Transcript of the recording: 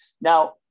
now